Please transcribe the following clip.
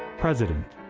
president.